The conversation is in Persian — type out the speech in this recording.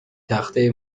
تخته